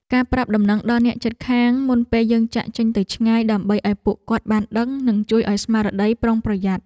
ការប្រាប់ដំណឹងដល់អ្នកជិតខាងមុនពេលយើងចាកចេញទៅឆ្ងាយដើម្បីឱ្យពួកគាត់បានដឹងនិងជួយឱ្យមានស្មារតីប្រុងប្រយ័ត្ន។